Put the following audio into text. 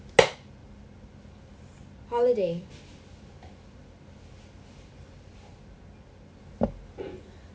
holiday